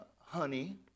honey